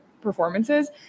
performances